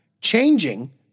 Changing